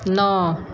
नओ